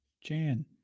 Jan